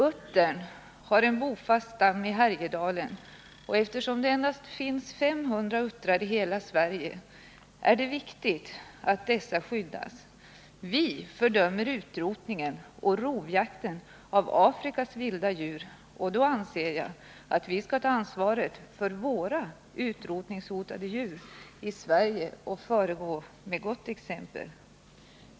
Uttern har en bofast stam i Härjedalen, och eftersom det endast finns ca 500 uttrar i hela Sverige, är det viktigt att dessa skyddas. Vi fördömer utrotningen och rovjakten av Afrikas vilda djur, och då anser jag att vi skall ta ansvaret för våra egna utrotningshotade djur i Sverige och föregå med gott exempel.